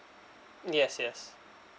yes yes